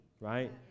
right